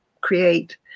create